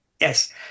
yes